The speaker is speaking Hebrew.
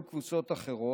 ומונחת לפניכם כאן,